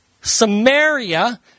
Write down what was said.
Samaria